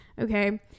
okay